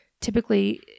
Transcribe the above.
typically